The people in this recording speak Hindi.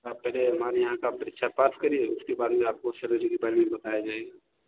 आप पहले हमारे यहाँ का परीक्षा पास करिए उसके बाद में आपको बताई जाएगी